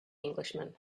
englishman